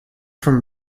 from